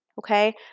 okay